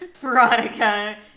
Veronica